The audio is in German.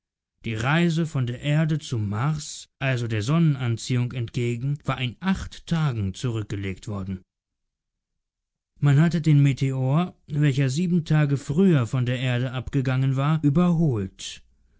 die reise von der erde zum mars also der sonnenanziehung entgegen war in acht tagen zurückgelegt worden man hatte den meteor welcher sieben tage früher von der erde abgegangen war überholt